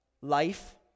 Life